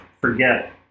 forget